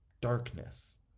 darkness